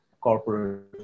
corporate